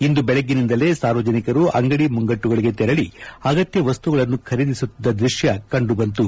ಇಂದು ಬೆಳಗ್ಗಿನಿಂದಲೇ ಸಾರ್ವಜನಿಕರು ಅಂಗಡಿ ಮುಗ್ಗಟ್ಟುಗಳಿಗೆ ತೆರಳಿ ಅಗತ್ಯ ವಸ್ತುಗಳನ್ನು ಖರೀದಿಸುತ್ತಿದ್ದ ದೃಷ್ಣ ಕಂಡುಬಂತು